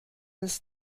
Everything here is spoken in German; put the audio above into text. ist